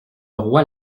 roi